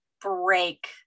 break